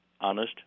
honest